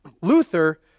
Luther